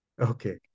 Okay